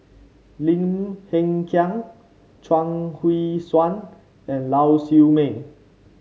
Lim Hng Kiang Chuang Hui Tsuan and Lau Siew Mei